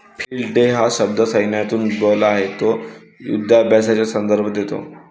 field day हा शब्द सैन्यातून उद्भवला आहे तो युधाभ्यासाचा संदर्भ देतो